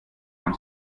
man